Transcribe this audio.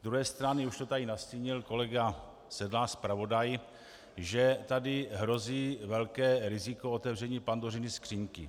Z druhé strany, už to tady nastínil kolega Sedlář zpravodaj, že tady hrozí velké riziko otevření Pandořiny skříňky.